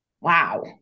Wow